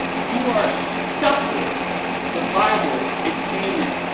you are stuck with the bible it came in.